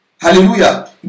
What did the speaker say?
Hallelujah